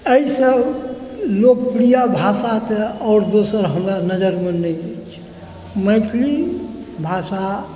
एहिसँ लोकप्रिय भाषा तऽ आओर दोसर हमरा नजरमे तऽ नहि अछि मैथिली भाषा